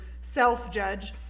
self-judge